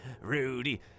Rudy